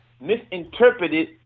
misinterpreted